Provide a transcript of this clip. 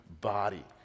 body